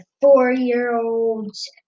four-year-olds